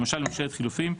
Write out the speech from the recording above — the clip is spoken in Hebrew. למשל ממשלת חילופין.